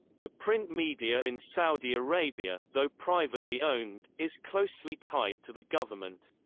the print media in saudi arabia, though privately-owned, is closely tied to the government.